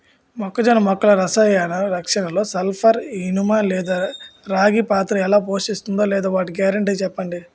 మొక్కజొన్న మొక్కల రసాయన రక్షణలో సల్పర్, ఇనుము లేదా రాగి పాత్ర ఎలా పోషిస్తుందో లేదా వాటి గ్యారంటీ చెప్పండి